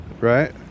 Right